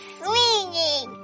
swinging